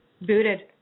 booted